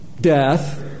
death